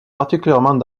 particulièrement